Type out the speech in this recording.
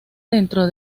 dentro